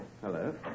Hello